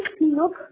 look